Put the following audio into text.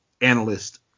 analyst